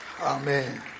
Amen